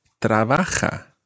trabaja